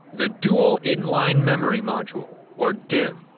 the dual inline memory module or dimm.